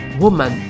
Woman